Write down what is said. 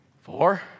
four